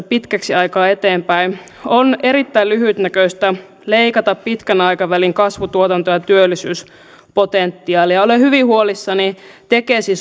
pitkäksi aikaa eteenpäin on erittäin lyhytnäköistä leikata pitkän aikavälin kasvutuotantoa ja työllisyyspotentiaalia ja olen hyvin huolissani tekesiin